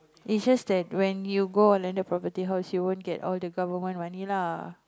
it's just that when you go a landed property house you won't get all the government money lah